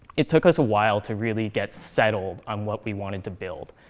it took us a while to really get settled on what we wanted to build.